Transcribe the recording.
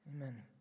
Amen